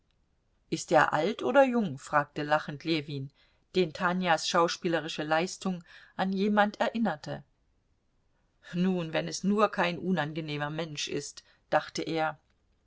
ist er alt oder jung fragte lachend ljewin den tanjas schauspielerische leistung an jemand erinnerte nun wenn es nur kein unangenehmer mensch ist dachte er